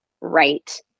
right